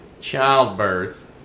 childbirth